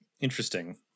interesting